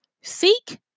seek